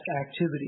activity